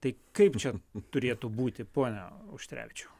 tai kaip čia turėtų būti pone auštrevičiau